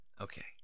Okay